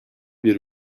bir